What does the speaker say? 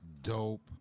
Dope